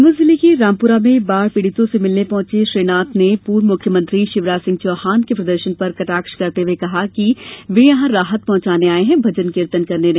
नीमच जिले के रामपुरा में बाढ़ पीड़ितों से मिलने पहुंचे श्री नाथ ने पूर्व मुख्यमंत्री शिवराज सिंह चौहान के प्रदर्शन पर कटाक्ष करते हुए कहा कि वे यहां राहत पहुंचाने आये हैं भर्जन कीर्तन करने नहीं